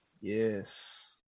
Yes